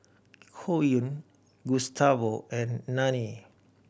Koen Gustavo and Nanie